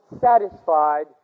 satisfied